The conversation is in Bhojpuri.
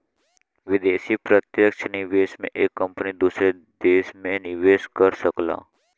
विदेशी प्रत्यक्ष निवेश में एक कंपनी दूसर देस में निवेस कर सकला